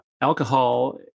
alcohol